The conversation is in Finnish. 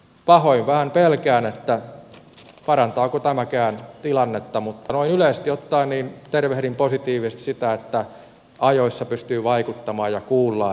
pahoin vähän pelkään parantaako tämäkään tilannetta mutta noin yleisesti ottaen tervehdin positiivisesti sitä että ajoissa pystyy vaikuttamaan ja kuullaan ja näin